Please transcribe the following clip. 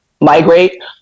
migrate